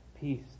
peace